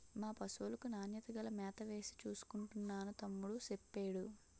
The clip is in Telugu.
మా పశువులకు నాణ్యత గల మేతవేసి చూసుకుంటున్నాను తమ్ముడూ సెప్పేడు